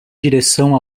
direção